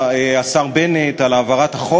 לאה, שוש, ליאת, רחלי ואיה נחום.